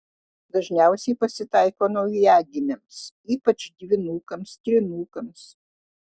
dažniausiai pasitaiko naujagimiams ypač dvynukams trynukams